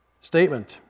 Statement